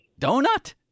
Donut